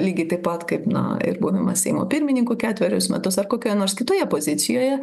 lygiai taip pat kaip na buvimas seimo pirmininku ketverius metus ar kokioje nors kitoje pozicijoje